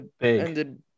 ended